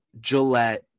Gillette